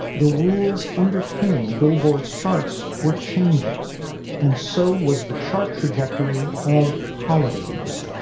the rules underpinning billboard's charts were changing and so was the chart trajectory of holiday music